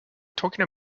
talking